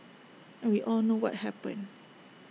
and we all know what happened